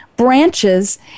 Branches